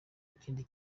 ikindi